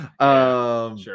Sure